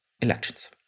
elections